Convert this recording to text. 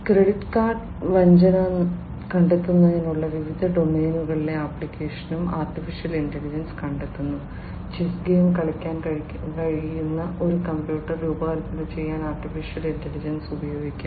credit card വഞ്ചന കണ്ടെത്തുന്നതിനുള്ള വിവിധ ഡൊമെയ്നുകളിലെ ആപ്ലിക്കേഷൻ AI കണ്ടെത്തുന്നു ചെസ്സ് ഗെയിം കളിക്കാൻ കഴിയുന്ന ഒരു കമ്പ്യൂട്ടർ രൂപകൽപ്പന ചെയ്യാൻ AI ഉപയോഗിക്കാം